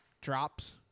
drops